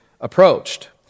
approached